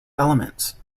elements